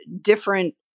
different